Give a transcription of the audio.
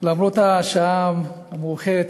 למרות השעה המאוחרת,